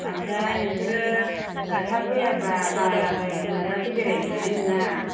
ओमफ्राय नोंसोरो थाब फैयाबा बाराद्राय मोनाजासे बेरायनो हानाय नङा